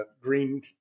green